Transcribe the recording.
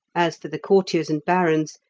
as for the courtiers and barons,